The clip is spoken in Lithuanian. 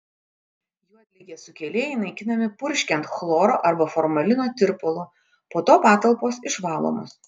juodligės sukėlėjai naikinami purškiant chloro arba formalino tirpalu po to patalpos išvalomos